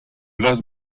las